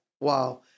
Wow